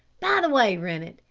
by the way, rennett,